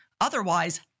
Otherwise